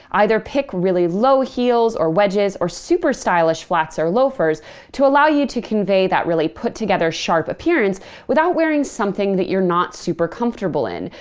either pick really low heels or wedges or super stylish flats or loafers to allow you to convey that really put-together, sharp appearance without wearing something that you're not super comfortable in.